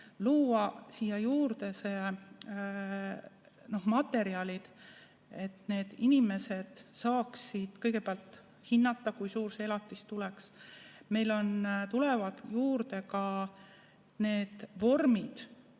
juurde luuakse materjale, et inimesed saaksid kõigepealt hinnata, kui suur see elatis tuleks. Meil tulevad juurde ka need vormid,